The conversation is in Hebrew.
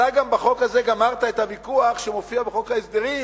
אתה גם בחוק הזה גמרת את הוויכוח שמופיע בחוק ההסדרים,